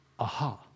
Aha